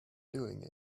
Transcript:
doing